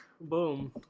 boom